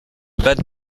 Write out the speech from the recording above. bade